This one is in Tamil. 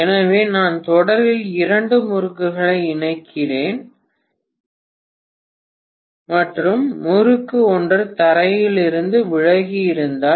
எனவே நான் தொடரில் இரண்டு முறுக்குகளை இணைக்கிறேன் மற்றும் முறுக்கு ஒன்று தரையில் இருந்து விலகி இருந்தால்